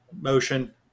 Motion